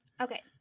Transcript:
Okay